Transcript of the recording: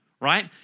Right